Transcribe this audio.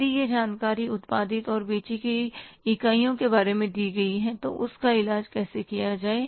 यदि वह जानकारी उत्पादित और बेची गई इकाइयों के बारे में दी गई है तो उस का इलाज कैसे किया जाए